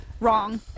wrong